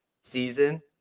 season